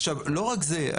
עכשיו, לא רק זה.